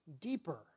deeper